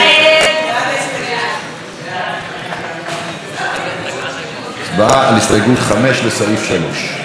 ההסתייגות של קבוצת סיעת הרשימה המשותפת לסעיף 3 לא